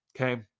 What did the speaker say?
Okay